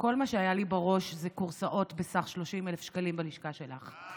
כשכל מה שהיה לי בראש זה כורסאות בסך 30,000 שקלים בלשכה שלך.